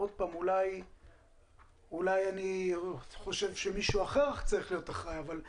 אולי אני חושב שמישהו אחר צריך להיות אחראי שהרלב"ד,